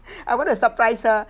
I want to surprise her